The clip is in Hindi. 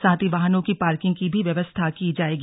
साथ ही वाहनों की पार्किंग की भी व्यवस्था की जाएगी